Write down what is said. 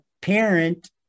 parent